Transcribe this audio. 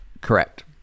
Correct